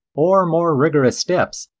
or more rigorous steps,